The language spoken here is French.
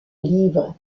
livres